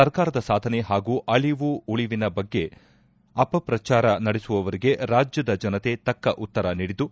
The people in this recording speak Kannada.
ಸರ್ಕಾರದ ಸಾಧನೆ ಹಾಗೂ ಅಳಿವು ಉಳಿವಿನ ಬಗ್ಗೆ ಅಪ ಪ್ರಚಾರ ನಡೆಸುವವರಿಗೆ ಇದಕ್ಕೆ ರಾಜ್ಯದ ಜನತೆ ತಕ್ಕ ಉತ್ತರ ನೀಡಿದ್ದು